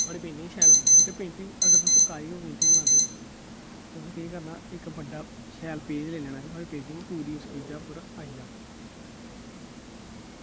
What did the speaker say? ते पेंटिंग शैल बननी ते अगर तुस कागज उप्पर पेंटिंग बनांदे ओ ते तुसें केह् करना कि इक बड्डा शैल इक पेज लैना कि साढ़ी पेंटिंग उस पेज़ा उप्पर शैल आई जा